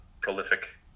prolific